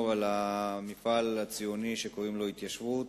על המפעל הציוני שקוראים לו התיישבות